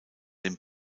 den